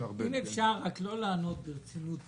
אם אפשר, רק לא לענות ברצינות תהומית,